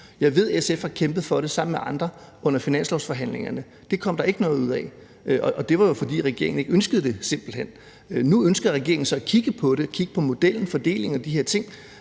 Jeg ved, at SF har kæmpet for det sammen med andre under finanslovsforhandlingerne, og det kom der ikke noget ud af – og det var jo, fordi regeringen ikke ønskede det, simpelt hen. Nu ønsker regeringen så at kigge på det, at kigge